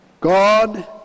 god